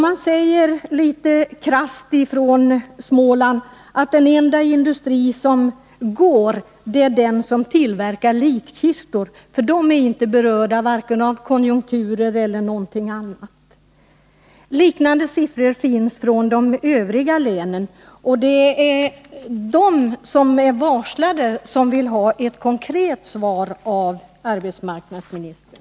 Man säger litet krasst i Småland att den enda industri som går är den som tillverkar likkistor, för den industrin berörs inte vare sig av konjunkturer eller av någonting annat. Liknande siffror finns beträffande övriga län. Det är de människor som varslats som vill ha ett konkret svar från arbetsmarknadsministern.